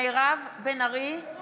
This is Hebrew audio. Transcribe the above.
נגד רם בן ברק,